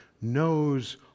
knows